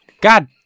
God